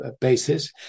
basis